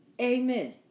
amen